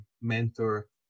mentor